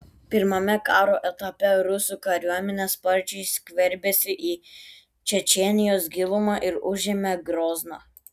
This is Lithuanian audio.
pirmame karo etape rusų kariuomenė sparčiai skverbėsi į čečėnijos gilumą ir užėmė grozną